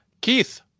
Keith